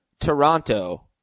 Toronto